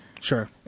Sure